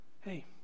Hey